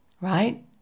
Right